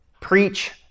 preach